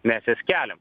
mes jas keliam